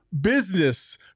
business